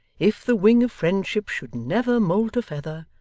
if the wing of friendship should never moult a feather,